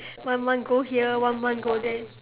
one month go here one month go there